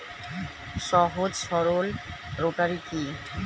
সহজ সরল রোটারি কি?